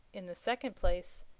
in the second place,